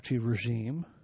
regime